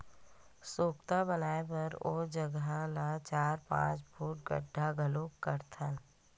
सोख्ता बनाए बर ओ जघा ल चार, पाँच फूट गड्ढ़ा घलोक करथन